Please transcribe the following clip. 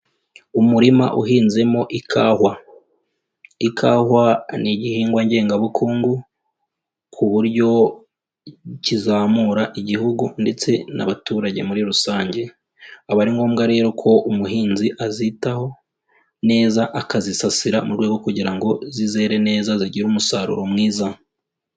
Umurima uhinzemo ikahwa, ikahwa ni igihingwa ngengabukungu ku buryo kizamura igihugu ndetse n'abaturage muri rusange, aba ari ngombwa rero ko umuhinzi azitaho neza akazisasira mu rwego kugira ngo zizere neza zigire umusaruro mwiza.